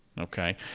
Okay